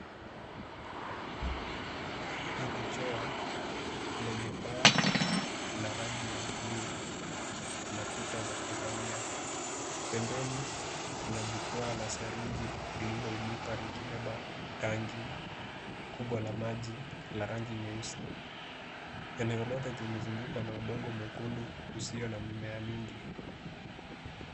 Hili ni choo lenye paa la rangi ya buluu na kuta za kahawia. Pembeni kuna jukwaa la saruji lililoinuka likibeba tanki kubwa la maji la rangi nyeusi. Eneo lote limezungukwa na udongo mwekundu usio na mimea nyingi.